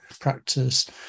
practice